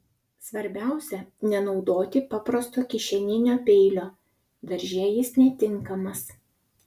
svarbiausia nenaudoti paprasto kišeninio peilio darže jis netinkamas